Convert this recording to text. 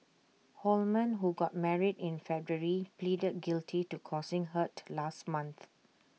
Holman who got married in February pleaded guilty to causing hurt last month